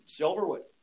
Silverwood